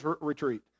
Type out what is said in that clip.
retreat